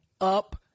up